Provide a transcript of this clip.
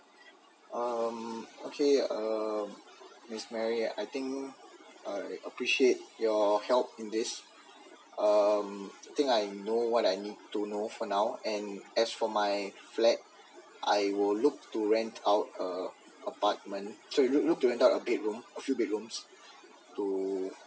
oh okay uh miss mary I think I appreciate your help in this um I think I know what I need to know for now and as for my flat I would look to rent out a apartment I would look to rent out a bedroom few bedrooms to